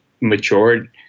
matured